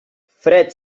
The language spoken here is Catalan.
fred